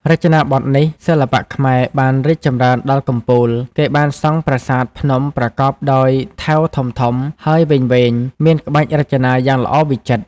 រចនាបថនេះ សិល្បៈខ្មែរបានរីកចំរីនដល់កំពូល គេបានសង់ប្រាសាទភ្នំប្រកបដោយថែវធំៗ ហើយវែងៗ មានក្បាច់រចនាយ៉ាងល្អវិចិត្រ ។